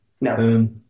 no